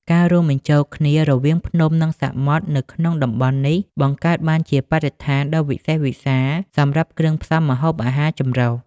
ការរួមបញ្ចូលគ្នារវាងភ្នំ និងសមុទ្រនៅក្នុងតំបន់នេះ បង្កើតបានជាបរិស្ថានដ៏វិសេសវិសាលសម្រាប់គ្រឿងផ្សំម្ហូបអាហារចម្រុះ។